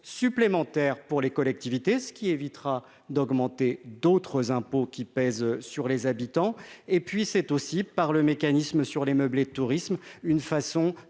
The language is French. supplémentaires pour les collectivités, ce qui évitera d'augmenter d'autres impôts qui pèsent sur les habitants et puis c'est aussi par le mécanisme sur les meubles et Tourisme, une façon